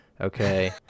Okay